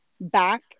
back